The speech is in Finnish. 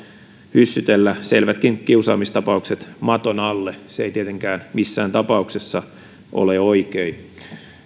hyssytellä selvätkin kiusaamistapaukset maton alle se ei tietenkään missään tapauksessa ole oikein